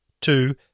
two